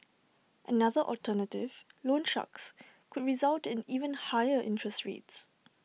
another alternative loan sharks could result in even higher interest rates